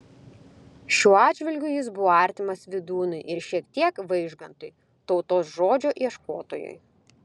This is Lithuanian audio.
šiuo atžvilgiu jis buvo artimas vydūnui ir šiek tiek vaižgantui tautos žodžio ieškotojui